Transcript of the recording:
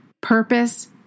purpose